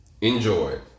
Enjoy